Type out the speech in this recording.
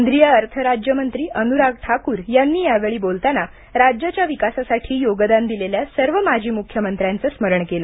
केंद्रीय अर्थ राज्यमंत्री अनुराग ठाकूर यांनी वेळी बोलताना राज्याच्या विकासासाठी योगदान दिलेल्या सर्व माजी मुख्यमंत्र्यांचे स्मरण केले